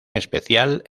especial